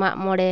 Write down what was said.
ᱢᱟᱜ ᱢᱚᱬᱮ